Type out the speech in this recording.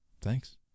Thanks